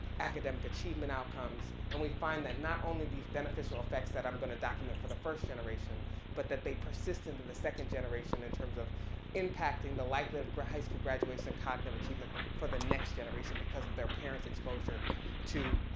academic achievement outcomes, and we find that not only these beneficial effects that i'm gonna document for the first generation but that they persist into the second generation in terms of impacting the likelihood of high school graduation and cognitive achievement for the next generation because of their parent's exposure to